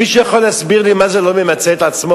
מישהו יכול להסביר לי מה זה לא ממצה את עצמו?